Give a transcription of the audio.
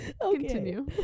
continue